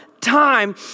time